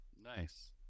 Nice